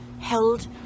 held